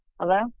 Hello